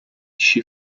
she